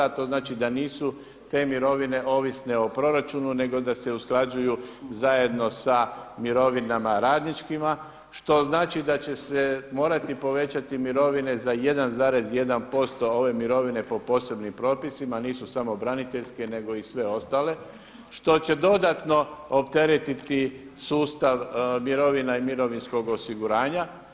To znači da nisu te mirovine ovisne o proračunu nego da se usklađuju zajedno sa mirovinama radničkima, što znači da će se morati povećati mirovine za 1,1 posto ove mirovine po posebnim propisima, nisu samo braniteljske nego i sve ostale, što će dodatno opteretiti sustav mirovina i mirovinskog osiguranja.